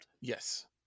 Yes